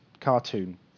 cartoon